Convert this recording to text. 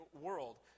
world